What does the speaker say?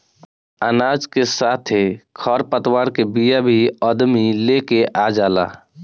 अनाज के साथे खर पतवार के बिया भी अदमी लेके आ जाला